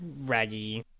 raggy